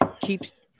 keeps